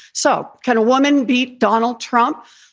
so kind of woman beat donald trump.